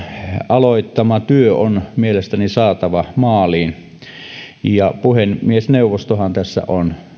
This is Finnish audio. aloittama työ on mielestäni saatava maaliin puhemiesneuvostohan tässä on